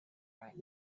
right